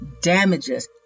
damages